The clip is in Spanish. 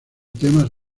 temas